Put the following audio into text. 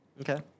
Okay